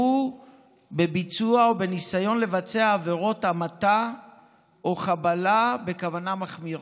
בביצוע או בניסיון לבצע עבירות המתה או חבלה בכוונה מחמירה.